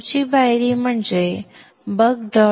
पुढची पायरी म्हणजे buck